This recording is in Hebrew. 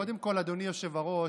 קודם כול, אדוני היושב-ראש,